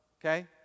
Okay